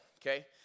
okay